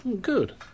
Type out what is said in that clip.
Good